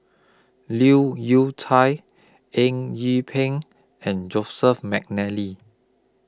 Leu Yew Chye Eng Yee Peng and Joseph Mcnally